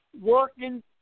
working